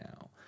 now